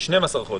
12 חודשים.